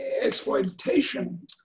exploitation